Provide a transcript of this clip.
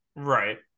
right